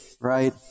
right